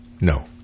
No